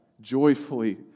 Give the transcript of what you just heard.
joyfully